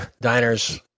Diners